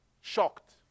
shocked